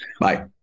Bye